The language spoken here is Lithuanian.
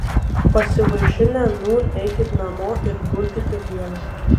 pasivaišinę nūn eikit namo ir gulkit kiekvienas